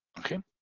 okay,